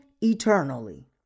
eternally